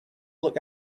look